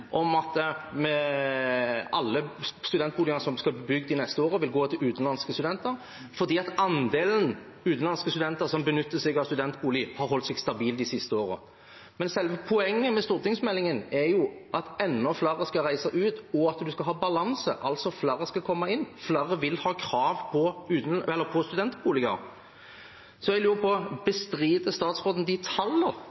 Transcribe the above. andelen utenlandske studenter som benytter seg av studentbolig, har holdt seg stabil de siste årene. Men selve poenget med stortingsmeldingen er jo at enda flere skal reise ut, og at man skal ha balanse. Altså skal flere komme inn, og flere vil ha krav på studentboliger. Så jeg lurer på: